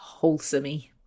wholesomey